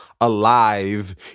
alive